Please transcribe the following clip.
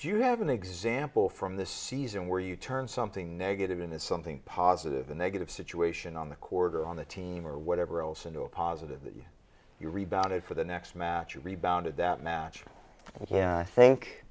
you have an example from this season where you turn something negative and something positive the negative situation on the court on the team or whatever else into a positive you rebounded for the next match rebounded that match yeah i think